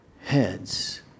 heads